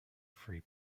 free